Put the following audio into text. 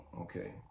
okay